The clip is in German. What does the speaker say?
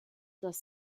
das